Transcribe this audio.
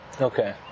okay